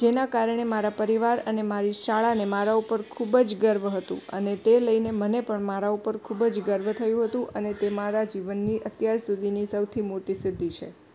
જેના કારણે મારા પરિવાર અને મારી શાળાને મારા ઉપર ખૂબ જ ગર્વ હતું અને તે લઇને મને પણ મારા ઉપર ખૂબ જ ગર્વ થયું હતું અને તે મારા જીવનની અત્યાર સુધીની સૌથી મોટી સિદ્ધિ છે